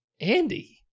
Andy